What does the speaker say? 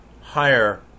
higher